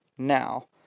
Now